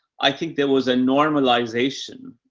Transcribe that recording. i think there was a normalization,